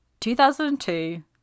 2002